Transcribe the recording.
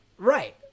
Right